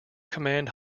command